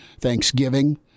Thanksgiving